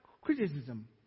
criticism